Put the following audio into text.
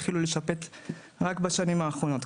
התחילו לשפץ רק בשנים האחרונות,